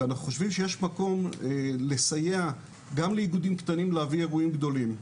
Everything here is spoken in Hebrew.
ואנחנו חושבים שיש מקום לסייע גם לאיגודים קטנים להביא אירועים גדולים.